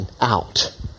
out